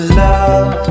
love